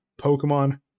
Pokemon